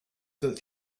that